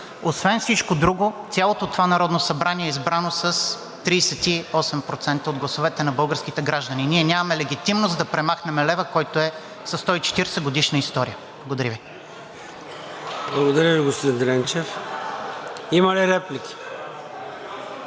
Освен всичко друго, цялото това Народно събрание е избрано с 38% от гласовете на българските граждани. Ние нямаме легитимност да премахнем лева, който е със 140-годишна история. Благодаря Ви. ПРЕДСЕДАТЕЛ ЙОРДАН ЦОНЕВ: Благодаря Ви, господин Дренчев. Има ли реплики?